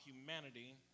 humanity